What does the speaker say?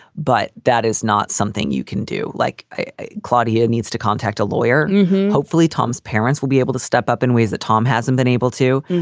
but that is not something you can do. like claudia needs to contact a lawyer. and hopefully tom's parents will be able to step up in ways that tom hasn't been able to.